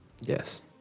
Yes